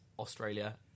Australia